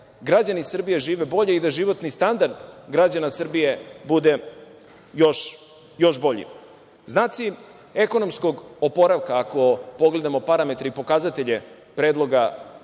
građani Srbije žive bolje i da životni standard građana Srbije bude još bolji. Znaci ekonomskog oporavka, ako pogledamo parametre i pokazatelje Predloga